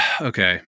okay